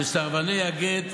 שסרבני הגט,